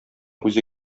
үзе